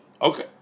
Okay